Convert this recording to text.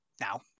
now